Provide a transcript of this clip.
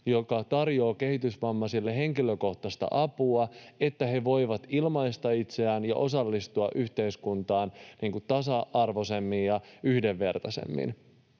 joka tarjoaa kehitysvammaisille henkilökohtaista apua, että he voivat ilmaista itseään ja osallistua yhteiskuntaan tasa-arvoisemmin ja yhdenvertaisemmin.